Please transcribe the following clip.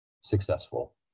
successful